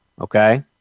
Okay